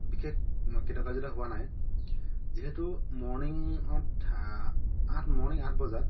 বিশেষ কৃতকাৰ্যতা হোৱা নাই যিহেতু মৰ্নিঙত আঠ মৰ্নিং আঠ বজাত